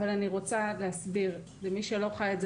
אבל אני רוצה להסביר למי שלא חי את זה